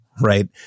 right